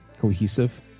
cohesive